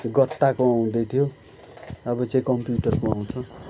गत्ताको आउँदैथ्यो अब चाहिँ कम्प्युटरको आउँछ